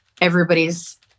everybody's